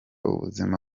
ubuzima